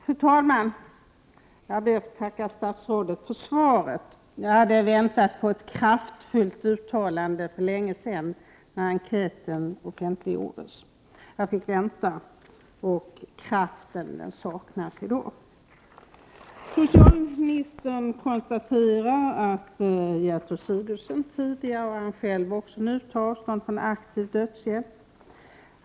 Fru talman! Jag ber att få tacka statsrådet för svaret. Jag hade väntat mig ett kraftfullt uttalande för länge sedan, när enkäten offentliggjordes. Jag fick vänta, och kraften, den saknas i dag. Socialministern konstaterar att Gertrud Sigurdsen tidigare har tagit och han själv nu tar avstånd från aktiv dödshjälp.